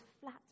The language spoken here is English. flat